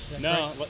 No